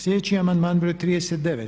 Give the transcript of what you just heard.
Sljedeći amandman broj 30.